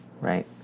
right